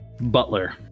Butler